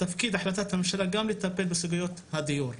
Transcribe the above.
תפקיד החלטת הממשלה גם לטפל בסוגיות הדיור.